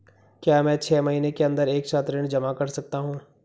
क्या मैं छः महीने के अन्दर एक साथ ऋण जमा कर सकता हूँ?